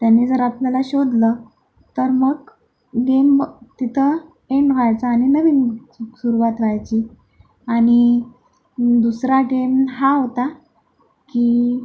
त्यांनी जर आपल्याला शोधलं तर मग गेम तिथं एंण व्हायचा आणि नवीन सुर सुरवात व्हायची आणि दुसरा गेम हा होता की